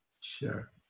Sure